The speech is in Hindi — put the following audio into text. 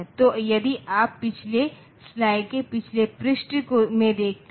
तो यदि आप पिछले स्लाइड के पिछले पृष्ठ में देखते हैं